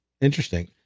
Interesting